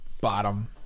bottom